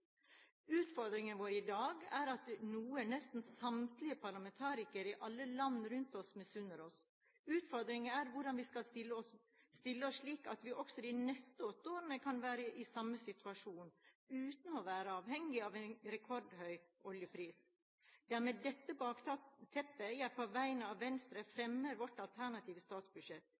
Utfordringen vår i dag er noe nesten samtlige parlamentarikere i alle land rundt oss misunner oss: Utfordringen er hvordan vi skal stille oss, slik at vi også de neste åtte årene kan være i samme situasjon – uten å være avhengig av en rekordhøy oljepris. Det er med dette bakteppet jeg på vegne av Venstre fremmer vårt alternative statsbudsjett.